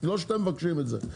לא שאתם מבקשים את זה.